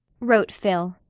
wrote phil,